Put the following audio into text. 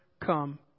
come